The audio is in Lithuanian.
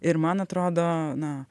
ir man atrodo na